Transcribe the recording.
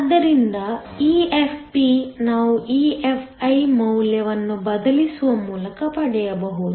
ಆದ್ದರಿಂದ EFp ನಾವು EFi ಮೌಲ್ಯವನ್ನು ಬದಲಿಸುವ ಮೂಲಕ ಪಡೆಯಬಹುದು